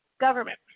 government